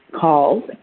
calls